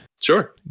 Sure